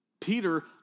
Peter